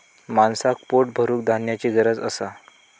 माणसाक पोट भरूक धान्याची गरज असा